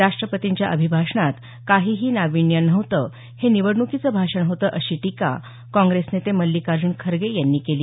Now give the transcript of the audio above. राष्ट्रपतींच्या अभिभाषणात काहीही नावीन्य नव्हतं हे निवडणुकीचं भाषण होतं अशी टीका काँग्रेस नेते मल्लिकार्जून खरगे यांनी केली